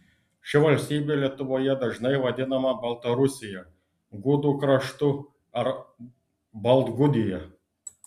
ši valstybė lietuvoje dažnai vadinama baltarusija gudų kraštu ar baltgudija